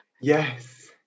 yes